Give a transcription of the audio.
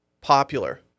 popular